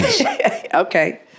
Okay